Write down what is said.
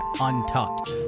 untucked